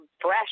fresh